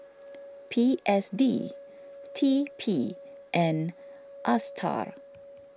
P S D T P and Astar